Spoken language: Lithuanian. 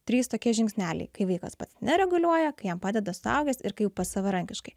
trys tokie žingsneliai kai vaikas pats nereguliuoja kai jam padeda suaugęs ir kai jau pats savarankiškai